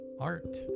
art